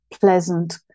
pleasant